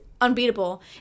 unbeatable